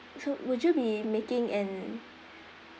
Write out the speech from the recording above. so would you be making an